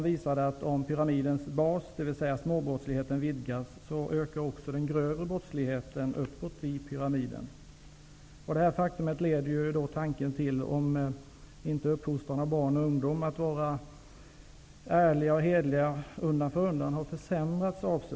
När pyramidens bas -- småbrottsligheten -- vidgas ökas pyramiden uppåt -- den grövre brottsligheten ökar. Detta faktum leder till tanken om huruvida vår uppfostran av barn och ungdom när det gäller att vara ärliga och hederliga undan för undan avsevärt försämrats.